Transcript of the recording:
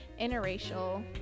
interracial